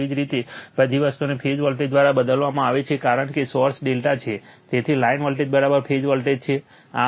તેથી જ આ બધી વસ્તુઓને ફેઝ વોલ્ટેજ દ્વારા બદલવામાં આવે છે કારણ કે સોર્સ ∆ છે તેથી લાઇન વોલ્ટેજ ફેઝ વોલ્ટેજ છે